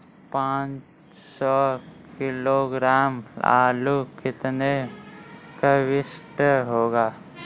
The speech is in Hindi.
पाँच सौ किलोग्राम आलू कितने क्विंटल होगा?